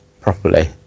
properly